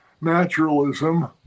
naturalism